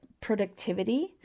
productivity